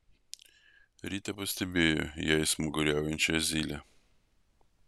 rytą pastebėjo jais smaguriaujančią zylę